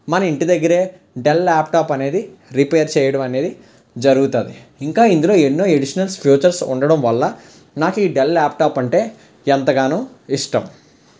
మన ఇంటి దగ్గరే డెల్ ల్యాప్టాప్ అనేది రిపేర్ చేయడం అనేది జరుగుతుంది ఇంకా ఇందులో ఎన్నో ఎడిషనల్ ఫీచర్స్ ఉండడం వల్ల నాకు ఈ డెల్ ల్యాప్టాప్ అంటే ఎంతగానో ఇష్టం